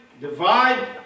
divide